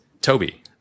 Toby